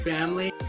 Family